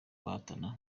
bahatana